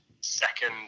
second